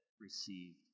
received